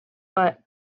but